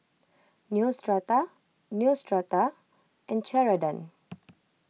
Neostrata Neostrata and Ceradan